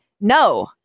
no